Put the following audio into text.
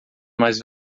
mais